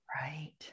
Right